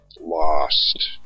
lost